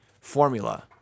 formula